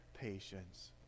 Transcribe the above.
patience